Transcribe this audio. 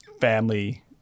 family